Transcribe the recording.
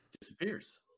disappears